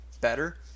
better